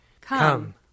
Come